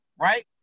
right